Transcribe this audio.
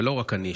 ולא רק אני,